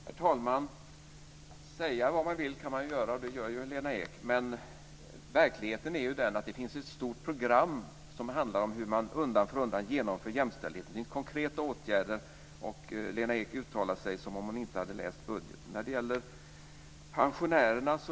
Herr talman! Säga vad man vill kan man göra, och det gör ju Lena Ek, men verkligheten är ju den att det finns ett stort program som handlar om hur man undan för undan genomför jämställdhet. Det finns konkreta åtgärder. Lena Ek uttalar sig som om hon inte hade läst budgeten.